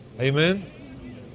Amen